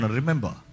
remember